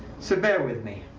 so bear with me.